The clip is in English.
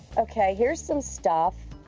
okay, here's some stuff.